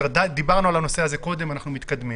דברנו על הנושא הזה קודם, אנחנו מתקדמים.